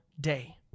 day